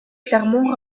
clermont